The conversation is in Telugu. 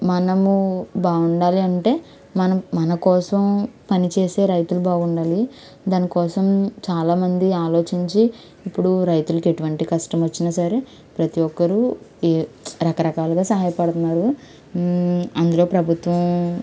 మనము బాగుండాలి అంటే మనం మనకోసం పనిచేసే రైతులు బాగుండాలి దాని కోసం చాలామంది ఆలోచించి ఇప్పుడు రైతులకు ఎటువంటి కష్టం వచ్చినా సరే ప్రతి ఒక్కరూ ఈ రకరకాలుగా సహాయపడుతున్నారు అందులో ప్రభుత్వం